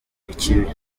ikibi